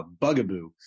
bugaboo